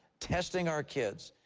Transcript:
testing our kids,